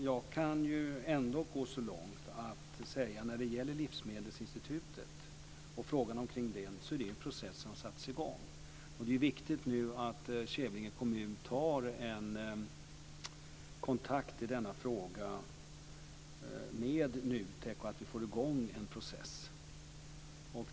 Jag kan ändå gå så långt, när det gäller ett livsmedelsinstitut, som att säga att det är en process som har satts igång. Det är viktigt att Kävlinge kommun nu tar kontakt med NUTEK i denna fråga och att vi får i gång en process.